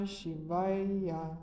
Shivaya